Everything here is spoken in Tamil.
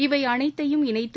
இவை அனைத்தையும் இணைத்து